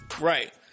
Right